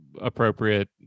appropriate